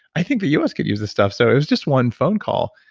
i think the u s. could use this stuff. so, it was just one phone call.